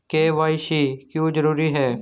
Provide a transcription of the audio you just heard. KYC क्यों जरूरी है?